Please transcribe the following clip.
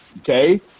okay